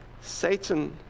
Satan